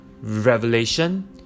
revelation